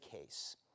case